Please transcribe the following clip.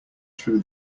threw